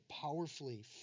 powerfully